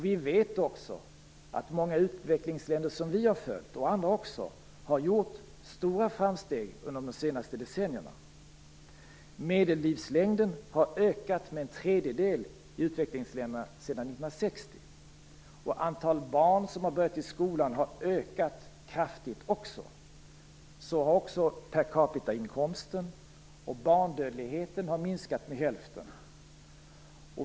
Vi vet också att många utvecklingsländer som vi har följt, och andra också, har gjort stora framsteg under de senaste decennierna. Medellivslängden har ökat med en tredjedel i utvecklingsländerna sedan 1960. Antalet barn som har börjat i skolan har ökat kraftigt, liksom inkomsten per capita. Barndödligheten har minskat med hälften.